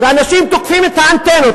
ואנשים תוקפים את האנטנות,